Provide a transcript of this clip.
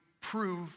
prove